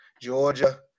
Georgia